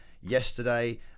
yesterday